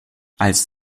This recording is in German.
als